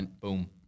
Boom